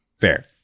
Fair